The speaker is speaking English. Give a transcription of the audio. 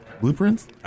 blueprints